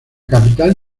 capital